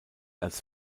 als